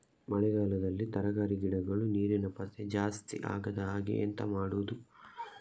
ಮಳೆಗಾಲದಲ್ಲಿ ತರಕಾರಿ ಗಿಡಗಳು ನೀರಿನ ಪಸೆ ಜಾಸ್ತಿ ಆಗದಹಾಗೆ ಎಂತ ಮಾಡುದು?